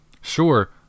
Sure